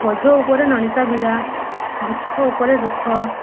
ବୋଝ ଉପରେ ନଳିତା ବିଡ଼ା ଦୁଃଖ ଉପରେ ଦୁଃଖ